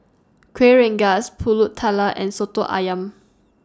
Kueh Rengas Pulut Tatal and Soto Ayam